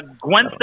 Gwen